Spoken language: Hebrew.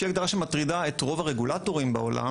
שהיא ההגדרה שמטרידה את רוב הרגולטורים בעולם,